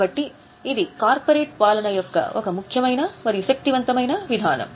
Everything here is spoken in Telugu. కాబట్టి ఇది కార్పొరేట్ పాలన యొక్క ఒక ముఖ్యమైన మరియు శక్తివంతమైన విధానం